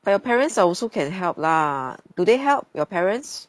oh your parents are also can help lah do they help your parents